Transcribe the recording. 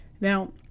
Now